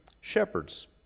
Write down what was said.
shepherds